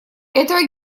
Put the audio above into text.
этого